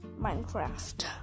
minecraft